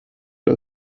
gut